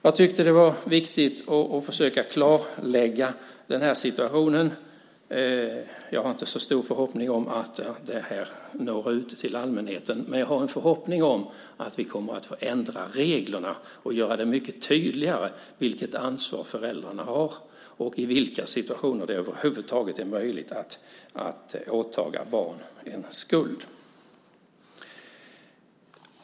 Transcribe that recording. Jag tycker att det är viktigt att försöka klarlägga denna situation. Jag har inte så stor förhoppning om att detta når ut till allmänheten, men jag har en förhoppning om att vi kommer att få ändra reglerna och göra mycket tydligare vilket ansvar föräldrarna har och i vilka situationer det över huvud taget är möjligt att skuldsätta barn.